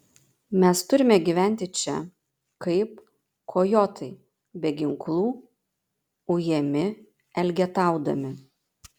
mes turime gyventi čia kaip kojotai be ginklų ujami elgetaudami